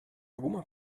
alguma